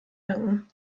danken